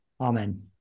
Amen